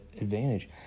advantage